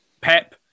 Pep